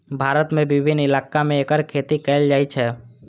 भारत के विभिन्न इलाका मे एकर खेती कैल जाइ छै